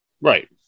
right